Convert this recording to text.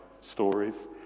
stories